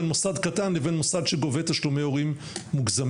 בין מוסד קטן לבין מוסד שגובה תשלומי הורים מוגזמים,